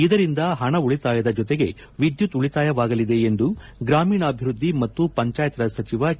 ಇದರಿಂದ ಪಣ ಉಳಿತಾಯ ಜೊತೆಗೆ ವಿದ್ಯುತ್ ಉಳಿತಾಯವಾಗಲಿದೆ ಎಂದು ಗ್ರಾಮೀಣಾಭಿವ್ವದ್ದಿ ಮತ್ತು ಪಂಜಾಯತ್ ರಾಜ್ ಸಚಿವ ಕೆ